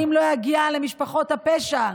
והאם לא יגיעו למשפחות הפשע,